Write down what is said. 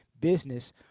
business